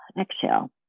exhale